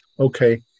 Okay